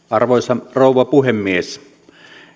arvoisa rouva puhemies